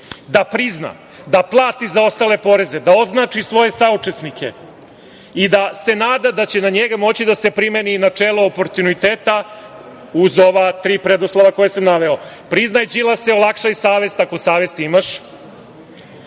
da prizna, da plati zaostale poreze, da označi svoje saučesnike i da se nada da će na njega moći da se primeni načelo oportuniteta uz ova tri preduslova koja sam naveo. Priznaj, Đilase, olakšaj savet, ako saveti imaš.